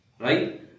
right